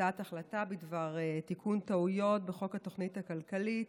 הצעת החלטה בדבר תיקון טעויות בחוק התוכנית הכלכלית